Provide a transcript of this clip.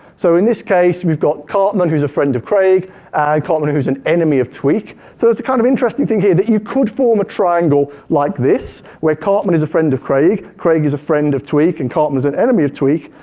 so in this case, we've got cartman who's a friend of craig, and cartman who's an enemy of tweek. so it's a kind of interesting thing here that you could form a triangle like this, where cartman is a friend of craig, craig is a friend of tweek, and cartman's an enemy of tweek.